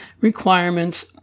requirements